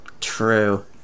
true